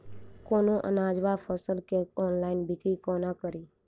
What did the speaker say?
कोनों अनाज वा फसल केँ ऑनलाइन बिक्री कोना कड़ी?